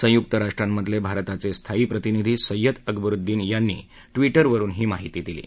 संयुक्त राष्ट्रांमधले भारताचे स्थायी प्रतिनिधी सय्यद अकबरउद्दीन यांनी ट्वीटरवरून ही माहिती दिली आहे